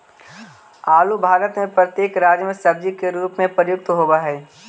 आलू भारत में प्रत्येक राज्य में सब्जी के रूप में प्रयुक्त होवअ हई